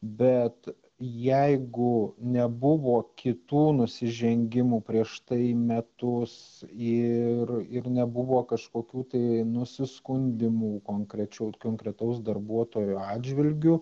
bet jeigu nebuvo kitų nusižengimų prieš tai metus ir ir nebuvo kažkokių tai nusiskundimų konkrečių konkretaus darbuotojo atžvilgiu